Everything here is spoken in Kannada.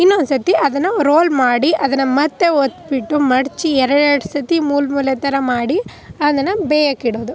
ಇನ್ನೊಂದು ಸರ್ತಿ ಅದನ್ನು ರೋಲ್ ಮಾಡಿ ಅದನ್ನು ಮತ್ತೆ ಒತ್ಬಿಟ್ಟು ಮಡಚಿ ಎರಡೆರ್ಡು ಸರ್ತಿ ಮೂಲೆ ಮೂಲೆ ಥರ ಮಾಡಿ ಅದನ್ನು ಬೇಯೋಕೆ ಇಡೋದು